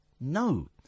No